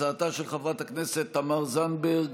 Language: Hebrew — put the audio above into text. הצעתה של חברת הכנסת תמר זנדברג.